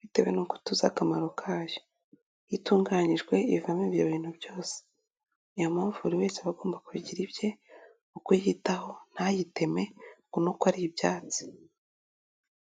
bitewe n'uko tuzi akamaro kayo, iyo itunganiyijwe ivamo ibyo bintu byose, ni yo mpamvu buri wese aba agomba kubigira ibye mu kuyitaho, ntayiteme ngo ni uko ko ari ibyatsi.